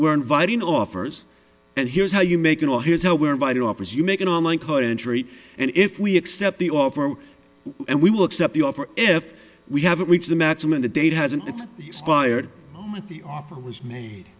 we're inviting offers and here's how you make it or here's how we're inviting offers you make an online call injury and if we accept the offer and we will accept the offer if we haven't reached the maximum the date hasn't expired at the offer